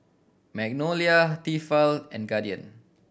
Magnolia Tefal and Guardian